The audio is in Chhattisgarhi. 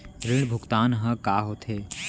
ऋण भुगतान ह का होथे?